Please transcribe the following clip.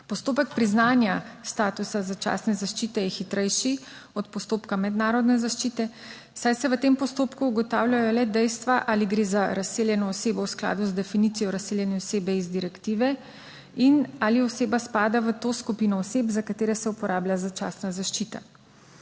Postopek priznanja statusa začasne zaščite je hitrejši od postopka mednarodne zaščite, saj se v tem postopku ugotavljajo le dejstva, ali gre za razseljeno osebo v skladu z definicijo razseljene osebe iz direktive in ali oseba spada v to skupino oseb, za katere se uporablja začasna zaščita.